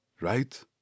Right